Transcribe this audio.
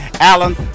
Alan